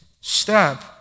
step